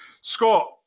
Scott